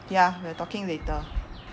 ya we are talking later